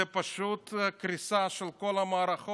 זו פשוט קריסה של כל המערכות,